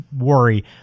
worry